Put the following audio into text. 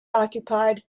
occupied